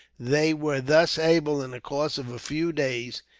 they were thus able, in the course of a few days,